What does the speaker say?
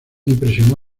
impresionó